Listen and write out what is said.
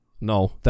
No